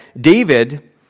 David